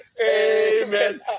Amen